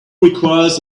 requires